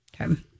Okay